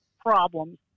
problems